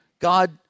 God